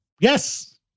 Yes